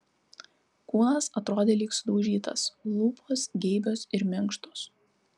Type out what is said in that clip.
kūnas atrodė lyg sudaužytas lūpos geibios ir minkštos